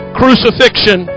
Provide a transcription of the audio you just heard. crucifixion